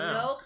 no